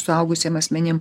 suaugusiem asmenims